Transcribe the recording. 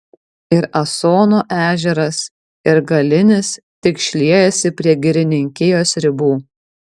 ir asono ežeras ir galinis tik šliejasi prie girininkijos ribų